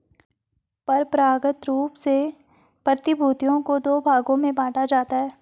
परंपरागत रूप से प्रतिभूतियों को दो भागों में बांटा जाता है